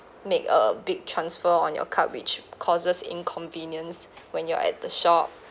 make a big transfer on your card which causes inconvenience when you're at the shop